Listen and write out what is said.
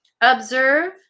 Observe